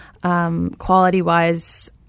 quality-wise